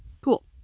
Cool